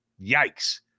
Yikes